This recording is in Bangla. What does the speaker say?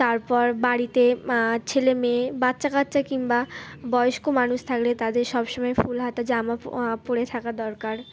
তারপর বাড়িতে ছেলে মেয়ে বাচ্চা কাচ্চা কিংবা বয়স্ক মানুষ থাকলে তাদের সব সময় ফুল হাতা জামা পরে থাকা দরকার